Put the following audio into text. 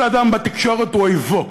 כל אדם בתקשורת הוא אויבו,